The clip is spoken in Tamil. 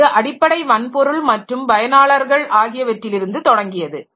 அது அடிப்படை வன்பொருள் மற்றும் பயனாளர்கள் ஆகியவற்றிலிருந்து தொடங்கியது